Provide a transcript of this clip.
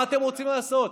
מה אתם רוצים לעשות?